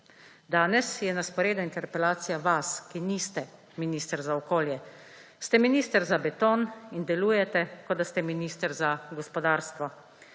Danes je na sporedu interpelacija vas, ki niste minister za okolje. Ste minister za beton in delujete, kot da ste minister za gospodarstvo.